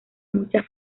muchas